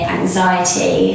anxiety